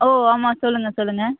ஓ ஆமாம் சொல்லுங்கள் சொல்லுங்கள்